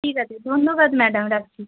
ঠিক আছে ধন্যবাদ ম্যাডাম রাখছি